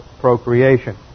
procreation